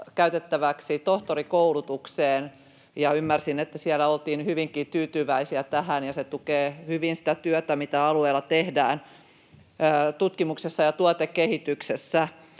käytettäväksi tohtorikoulutukseen. Ymmärsin, että siellä oltiin hyvinkin tyytyväisiä tähän, ja se tukee hyvin sitä työtä, mitä alueella tehdään tutkimuksessa ja tuotekehityksessä.